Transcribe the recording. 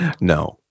No